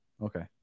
Okay